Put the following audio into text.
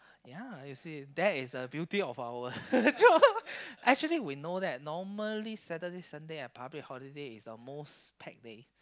ya you see that is the beauty of our job actually we know that normally Saturday Sunday and public holiday is the most packed day